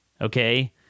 Okay